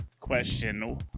question